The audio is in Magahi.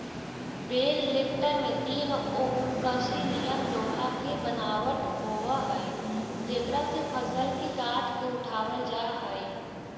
बेल लिफ्टर में तीन ओंकसी निअन लोहा के बनावट होवऽ हई जेकरा से फसल के गाँठ के उठावल जा हई